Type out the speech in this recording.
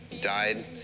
died